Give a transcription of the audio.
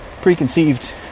preconceived